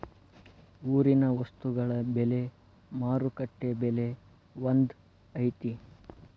ಊರಿನ ವಸ್ತುಗಳ ಬೆಲೆ ಮಾರುಕಟ್ಟೆ ಬೆಲೆ ಒಂದ್ ಐತಿ?